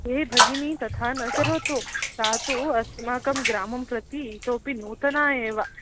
हे भगिनि तथा न करोतु सा तु अस्माकं ग्रामं प्रति इतोपि नूतना एव